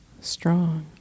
strong